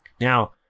Now